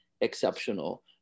exceptional